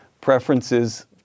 preferences